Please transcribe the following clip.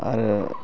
आरो